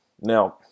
Now